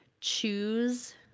choose